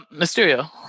Mysterio